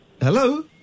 Hello